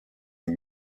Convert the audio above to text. les